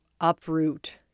uproot